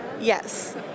Yes